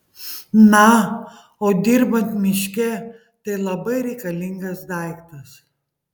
na o dirbant miške tai labai reikalingas daiktas